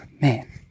man